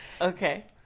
Okay